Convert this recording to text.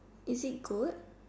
is it good